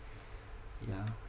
yeah